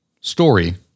story